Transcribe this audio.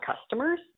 customers